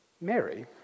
Mary